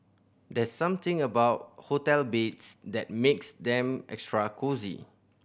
there's something about hotel beds that makes them extra cosy